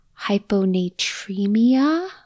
hyponatremia